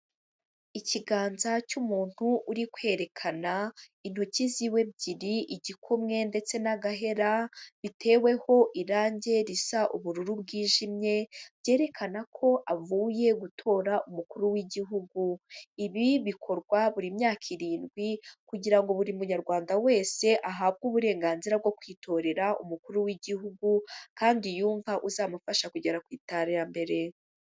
Ikiganza cy'umuntu uri kwerekana intoki ziwe ebyiri igikumwe ndetse n'agahera biteweho irange risa ubururu bwijimye byerekana ko avuye gutora umukuru w'igihugu, ibi bikorwa buri myaka irindwi kugira ngo buri munyarwanda wese ahabwe uburenganzira bwo kwitorera umukuru w'igihugu kandi yumva uzamufasha kugera ku iterambere.